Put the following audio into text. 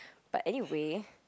but anyway